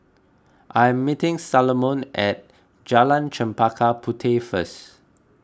I am meeting Salomon at Jalan Chempaka Puteh first